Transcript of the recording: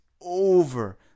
over